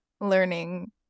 learning